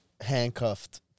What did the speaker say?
handcuffed